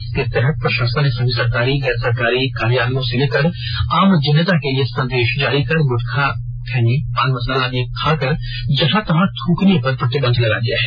इसके तहत प्रशासन ने सभी सरकारी गैर सरकारी कार्यालयों से लेकर आम जनता के लिए संदेश जारी कर गुटखा खैनी पान मसाला आदि खाकर जहां तहां थुकने पर प्रतिबंध लगा दिया है